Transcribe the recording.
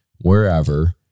wherever